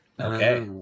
Okay